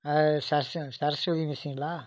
Saraswati Saraswathi மெஸ்ஸுங்களா